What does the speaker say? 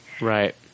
Right